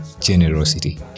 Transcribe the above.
generosity